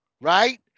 right